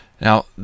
Now